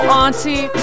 auntie